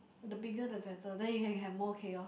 the bigger the better then you can have more chaos